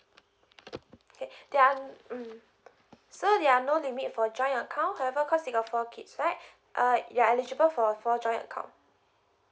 okay there aren't mm so there are no limit for joint account however cause they got four kids right uh they are eligible for four joint account